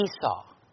Esau